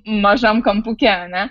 mažam kampuke ar ne